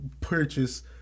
purchase